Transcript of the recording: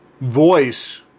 voice